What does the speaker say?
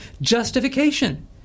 Justification